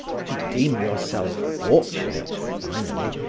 to deem yourself fortunate, finally,